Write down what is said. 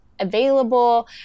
available